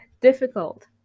difficult